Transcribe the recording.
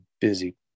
busy